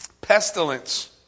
Pestilence